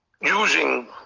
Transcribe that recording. using